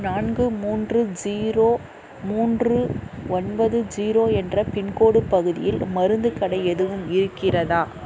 நான்கு மூன்று ஜீரோ மூன்று ஒன்பது ஜீரோ என்ற பின்கோடு பகுதியில் மருந்துக் கடை எதுவும் இருக்கிறதா